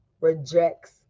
rejects